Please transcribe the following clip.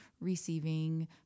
receiving